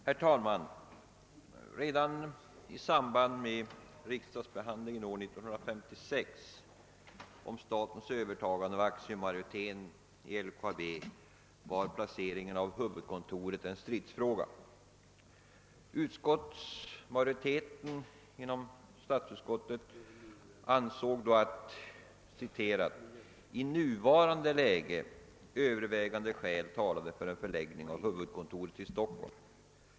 Herr talman! Redan i samband med rikdagsbehandlingen år 1956 av frågan om statens övertagande av aktiemajoriteten i LKAB var placeringen av huvudkontoret en stridsfråga. Majoriteten inom statsutskottet ansåg då att »i nuvarande läge» övervägande skäl talade för en förläggning av huvudkontoret till Stockholm.